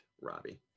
Robbie